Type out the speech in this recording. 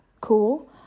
cool